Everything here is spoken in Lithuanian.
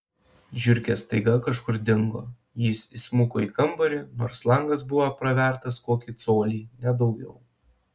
žiurkės staiga kažkur dingo jis įsmuko į kambarį nors langas buvo pravertas kokį colį ne daugiau